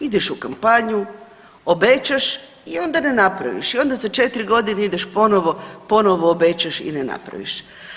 Ideš u kampanju, obećaš i onda ne napraviš i onda za 4 godine ideš ponovo, ponovo obećaš i ne napraviš.